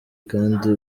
kandi